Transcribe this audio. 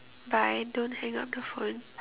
bye don't hang up the phone